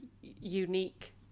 unique